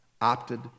opted